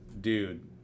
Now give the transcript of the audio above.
dude